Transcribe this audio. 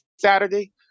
Saturday